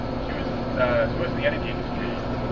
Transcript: she was she was in the energy industry,